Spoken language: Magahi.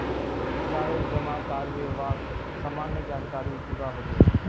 जाहें जमा कारबे वाक सामान्य जानकारी दिबा हबे